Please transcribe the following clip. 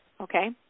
Okay